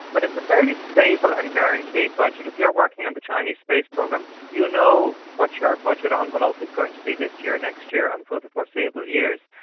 but it's a fairly stable and guaranteed budget. if you're working in um the chinese space program you know what your budget envelope is going to be this year, next year and for the foreseeable years,